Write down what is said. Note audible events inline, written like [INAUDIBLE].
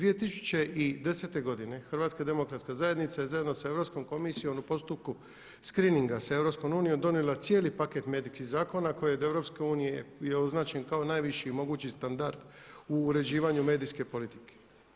2010. godine HDZ je zajedno sa Europskom komisijom u postupku screeninga sa EU donijela cijeli paket … [UNINTELLIGIBLE] zakona koje je od EU označen kao najviši mogući standard u uređivanju medijske politike.